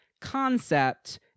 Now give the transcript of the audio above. concept